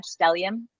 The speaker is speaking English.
stellium